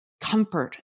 comfort